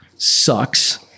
sucks